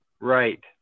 Right